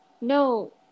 No